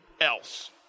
else